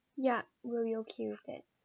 yeah we'll be okay with that